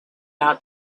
out